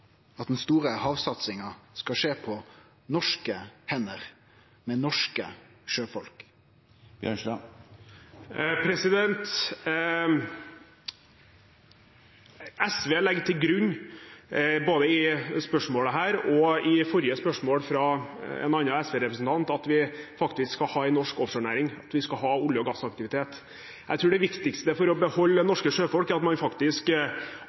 at den store havsatsinga skal skje på norske hender, med norske sjøfolk? SV legger til grunn både i dette spørsmålet og i forrige spørsmål fra en annen SV-representant at vi skal ha en norsk offshorenæring, at vi skal ha olje- og gassaktivitet. Jeg tror det viktigste for å beholde norske sjøfolk er at man faktisk